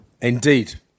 Indeed